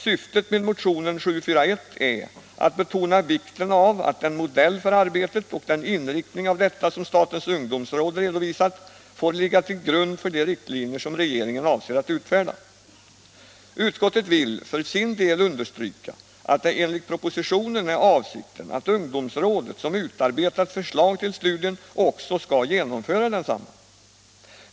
Syftet med motionen 741 är att betona vikten av att den modell för arbetet och den inriktning av detta som statens ungdomsråd redovisat får ligga till grund för de riktlinjer som regeringen avser att utfärda. Utskottet vill för sin del understryka att det enligt propositionen är avsikten att ungdomsrådet, som utarbetat förslag till studien, också skall genomföra densamma.